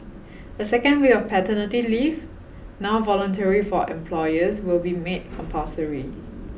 a second week of paternity leave now voluntary for employers will be made compulsory